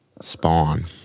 Spawn